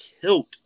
killed